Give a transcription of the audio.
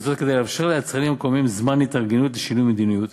וזאת כדי לאפשר ליצרנים המקומיים זמן התארגנות לשינוי המדיניות.